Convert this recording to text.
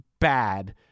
bad